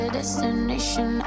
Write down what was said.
destination